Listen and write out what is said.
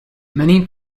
many